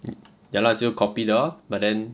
ya lah 就 copy 的 lor but then